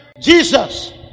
Jesus